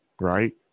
right